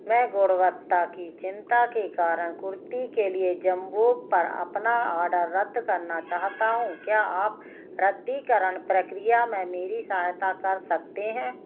मैं गुणवत्ता की चिंता के कारण कुर्ति के लिए जंबोग पर अपना ऑर्डर रद्द करना चाहता हूं क्या आप रद्दीकरण प्रक्रिया में मेरी सहायता कर सकते हैं